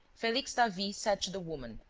felix davey said to the woman,